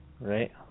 Right